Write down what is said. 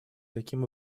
таким